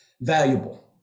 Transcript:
valuable